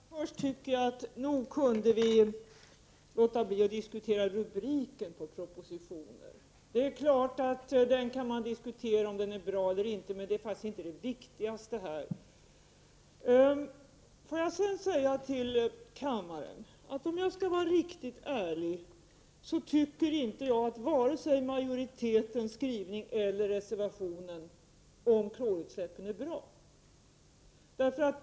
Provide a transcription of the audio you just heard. Herr talman! Först tycker jag att nog kunde vilåta bli att diskutera rubriker på propositioner. Det är klart att man kan diskutera om rubriken är bra eller inte, men det är faktiskt inte det viktigaste här. Låt mig sedan säga till kammaren att om jag skall vara riktigt ärlig, så tycker inte jag att vare sig majoritetens skrivning eller reservationen om klorutsläppen är bra.